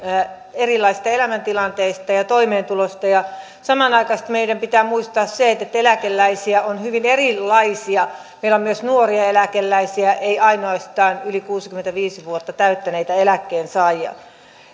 erilaisista elämäntilanteista ja toimeentulosta ja samanaikaisesti meidän pitää muistaa se että eläkeläisiä on hyvin erilaisia meillä on myös nuoria eläkeläisiä ei ainoastaan yli kuusikymmentäviisi vuotta täyttäneitä eläkkeensaajia